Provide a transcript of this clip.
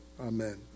Amen